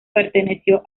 perteneció